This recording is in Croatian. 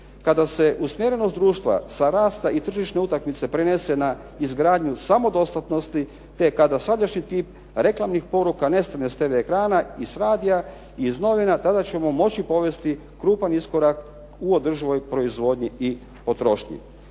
Kada se usmjerenost društva sa rasta i tržišne utakmice prenese na izgradnju samodostatnosti, te kada sadašnji tip reklamnih poruka nestane sa tv ekrana i s radija i iz novina tada ćemo moći povesti krupan iskorak u održivoj proizvodnji i potrošnji.